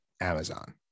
amazon